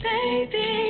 Baby